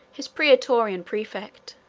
his praetorian praefect.